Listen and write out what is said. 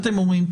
אתם אומרים,